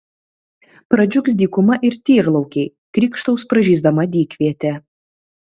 pradžiugs dykuma ir tyrlaukiai krykštaus pražysdama dykvietė